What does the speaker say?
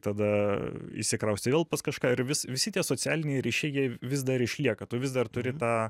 tada įsikraustei vėl pas kažką ir vis visi tie socialiniai ryšiai jie vis dar išlieka tu vis dar turi tą